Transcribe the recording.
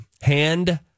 hand